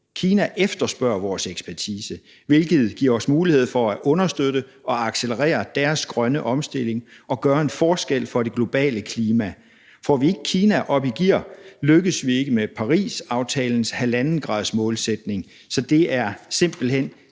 Kina efterspørger vores ekspertise, hvilket giver os mulighed for at understøtte og accelerere deres grønne omstilling og gøre en forskel for det globale klima. Får vi ikke Kina op i gear, lykkes vi ikke med Parisaftalens 1½-gradsmålsætning, så det er simpelt hen